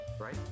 Right